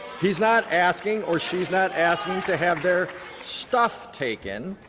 he is not asking, or she is not asking to have their stuff taken.